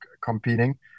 competing